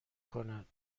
کند